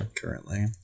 currently